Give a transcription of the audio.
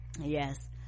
Yes